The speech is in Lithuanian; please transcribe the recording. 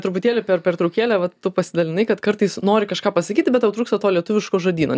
truputėlį per pertraukėlę va tu pasidalinai kad kartais nori kažką pasakyti bet tau trūksta to lietuviško žodyno